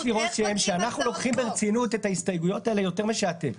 יש לי רושם שאנחנו לוקחים ברצינות את ההסתייגויות האלה יותר משאתם,